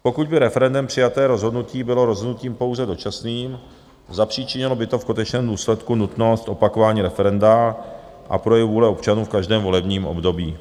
Pokud by referendem přijaté rozhodnutí bylo rozhodnutím pouze dočasným, zapříčinilo by to v konečném důsledku nutnost opakování referenda a projev vůle občanů v každém volebním období.